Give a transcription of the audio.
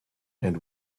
and